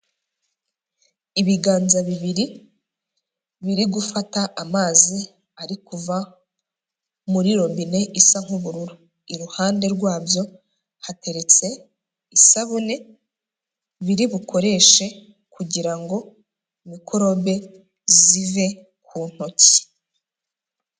Ibiganza bibiri biri gufata amazi ari kuva muri robine isa nk'ubururu, iruhande rwabyo hateretse isabune biri bukoreshe kugira ngo mikorobe zive ku ntoki.